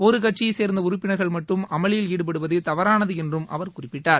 ஒரு கட்சியைச் சேர்ந்த உறுப்பினர்கள் மட்டும் அமளியில் ஈடுபடுவது தவறானது என்றும் அவர் குறிப்பிட்டார்